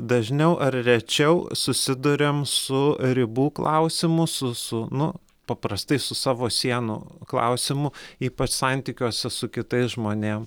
dažniau ar rečiau susiduriam su ribų klausimu su su nu paprastai su savo sienų klausimu ypač santykiuose su kitais žmonėm